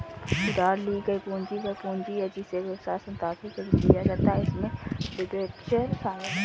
उधार ली गई पूंजी वह पूंजी है जिसे व्यवसाय संस्थानों से लिया जाता है इसमें डिबेंचर शामिल हैं